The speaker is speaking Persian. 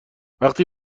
وقتی